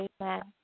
Amen